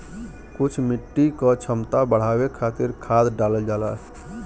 कुछ मिट्टी क क्षमता बढ़ावे खातिर खाद डालल जाला